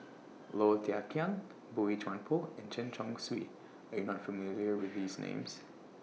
Low Thia Khiang Boey Chuan Poh and Chen Chong Swee YOU Are not familiar with These Names